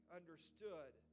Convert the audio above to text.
understood